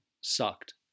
sucked